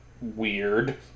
Weird